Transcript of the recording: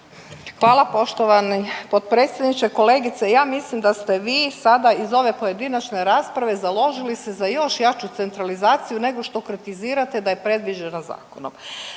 Hvala poštovani potpredsjedniče. Kolegice ja mislim da ste vi sada iz ove pojedinačne rasprave založili se za još jaču centralizaciju nego što kritizirate da je predviđeno zakonom.